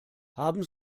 haben